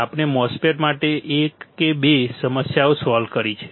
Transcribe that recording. આપણે MOSFET માટે એક કે બે સમસ્યાઓ સોલ્વ કરી છે